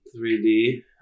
3D